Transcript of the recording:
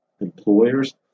employers